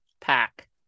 Pack